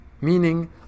Meaning